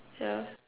yeah